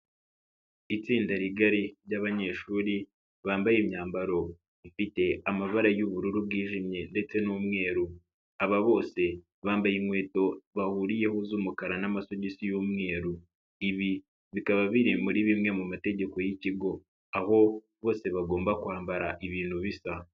Itsinda rigari ry'abanyeshuri bambaye imyambaro ifite amabara y'ubururu bwijimye ndetse n'umweru, aba bose bambaye inkweto bahuriyeho z'umukara n'amasogisi y'umweru, ibi bikaba biri muri bimwe mu mategeko y'ikigo, aho bose bagomba kwambara ibintu bisa.